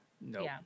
no